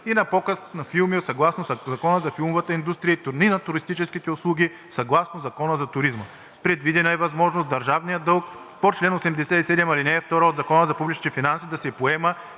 и на показ на филми съгласно Закона за филмовата индустрия, и на туристически услуги съгласно Закона за туризма. Предвидена е възможност държавен дълг по чл. 87, ал. 2 от Закона за публичните финанси да се поема